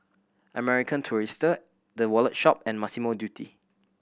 American Tourister The Wallet Shop and Massimo Dutti